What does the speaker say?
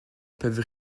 peuvent